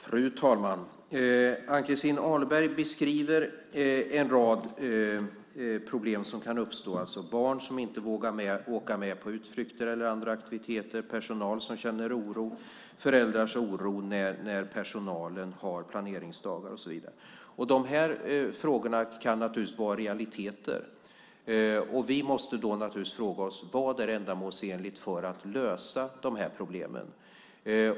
Fru talman! Ann-Christin Ahlberg beskriver en rad problem som kan uppstå - barn som inte vågar åka med på utflykter eller vara med på andra aktiviteter, personal som känner oro, föräldrar som känner oro när personalen har planeringsdagar och så vidare - och dessa frågor kan naturligtvis vara realiteter. Vi måste då fråga oss: Vad är ändamålsenligt för att lösa dessa problem?